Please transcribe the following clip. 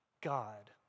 God